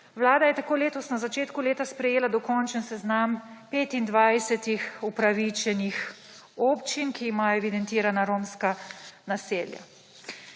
Vlada je tako letos na začetku leta sprejela dokončen seznam 25. upravičenih občin, ki imajo evidentirana romska naselja.